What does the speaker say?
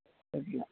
കേട്ടില്ല